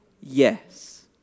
yes